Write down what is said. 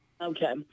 Okay